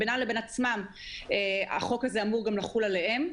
שהם בינם לבין עצמם והחוק אמור לחול גם עליהם,